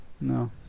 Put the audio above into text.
no